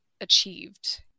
achieved